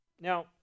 Now